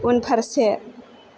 उनफारसे